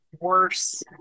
worse